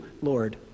Lord